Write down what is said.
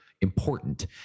important